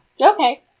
Okay